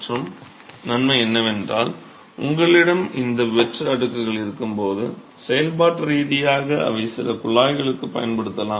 மற்ற நன்மை என்னவென்றால் உங்களிடம் இந்த வெற்று அடுக்குகள் இருக்கும்போது செயல்பாட்டு ரீதியாக அவை சில குழாய்களுக்கும் பயன்படுத்தப்படலாம்